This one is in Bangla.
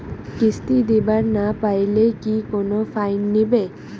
কিস্তি দিবার না পাইলে কি কোনো ফাইন নিবে?